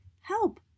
help